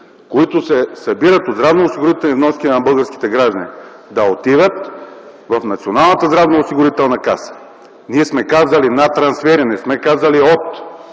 които се събират от здравноосигурителни вноски на българските граждани да отиват в Националната здравноосигурителна каса. Ние сме казали „на трансфери”, не сме казали „от